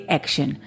action